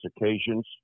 occasions